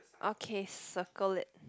okay circle it